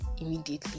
immediately